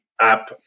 app